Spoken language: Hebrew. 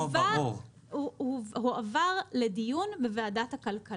הכלכלה, והוא הועבר לדיון בוועדת הכלכלה.